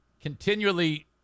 continually